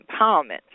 empowerment